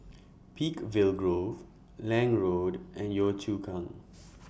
Peakville Grove Lange Road and Yio Chu Kang